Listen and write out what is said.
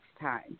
time